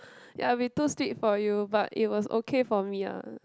ya it'll be too sweet for you but it was okay for me ah